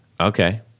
Okay